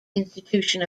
institution